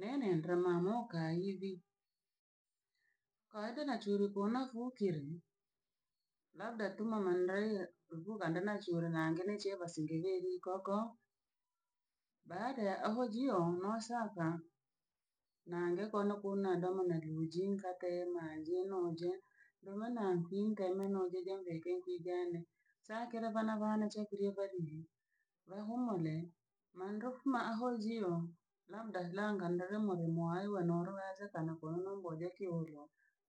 Nee nendra mama mokaivi, koadena churi kona fukire labda tuma mandre ruku ganda na chura nange ne chevasinga nyeyikoko. Baada ya ahojio no saka, nange kono ko nadomo naribhujingate ma ji no je, ndo amana nhuitemete no kejembe ke nkwigene. Sakera bhana bhane chekurya variri, vahomore mandohuma ahojio labda langandra molemo ayo we noro wezekana kono no mbhoje keoro,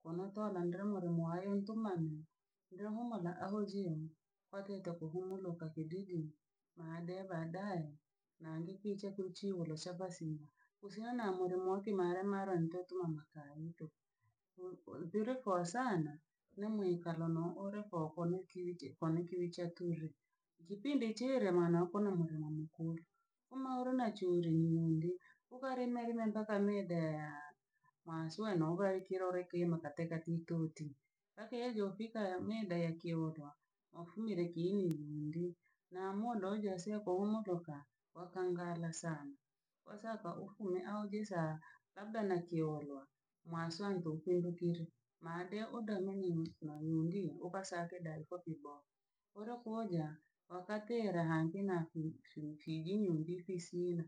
konoto nandre moromo ayo ntumani ndrohomora ahojio wateta kohumoroka kididi maadae baadae nandikiche kinchibhoro cha wasini. Kusiana na muro mo kemare mara ntotumama kaetu o- orpireko sana nemwikarono orekoko ne kiwije konekiwicheturi. Kipindi chire mwanaoko namurira mukuru omaoro na churi ukarimerime mpaka meda ya manswe no bhebhe kirore kima katekatitoti, akeyejo fika ya meda ya keyorwa ofumire kiywiliwili na modo oje seko omodoka, wakangara sana. Osaka ofume aogiza labda nakiorwa mwaswantu kirokiro madeo odamanyiri manyiri okasake dai ko kibo. Orokuoja wakati ela hange nakuitritigi nyumbi pisina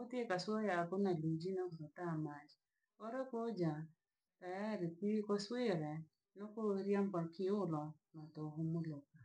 otekasoyako najiji no vuta maji, orokwoja tayari kwire koswire nokourya mpakihyobha moto humuryoka.